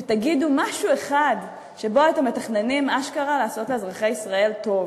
ותגידו משהו אחד שבו אתם מתכננים אשכרה לעשות לאזרחי ישראל טוב.